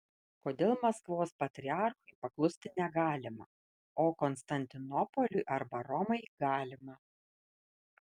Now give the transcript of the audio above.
kodėl maskvos patriarchui paklusti negalima o konstantinopoliui arba romai galima